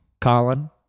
Colin